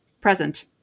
present